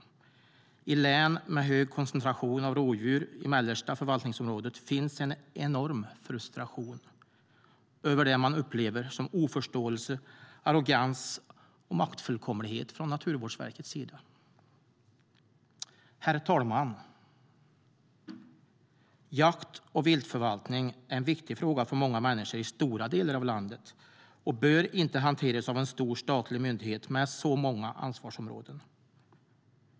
I län med hög koncentration av rovdjur i mellersta förvaltningsområdet finns en enorm frustration över det man upplever som oförståelse, arrogans och maktfullkomlighet från Naturvårdsverkets sida. Herr talman! Jakt och viltförvaltning är en viktig fråga för många människor i stora delar av landet och bör inte hanteras av en stor statlig myndighet med så många ansvarsområden.